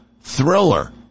thriller